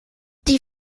die